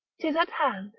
tis at hand,